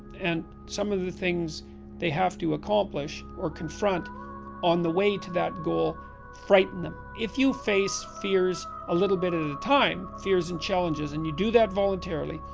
and some of the things they have to accomplish or confront on the way to that goal frighten them. if you face fears a little bit and at a time, fears and challenges, and you do that voluntarily,